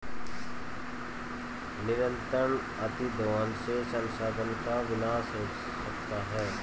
निरंतर अतिदोहन से संसाधन का विनाश हो सकता है